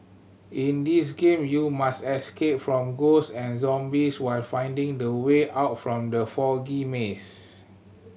in this game you must escape from ghost and zombies while finding the way out from the foggy maze